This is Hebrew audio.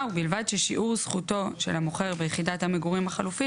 ובלבד ששיעור זכותו של המוכר ביחידת המגורים החלופית